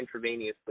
intravenously